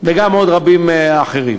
וגם עוד רבות אחרות,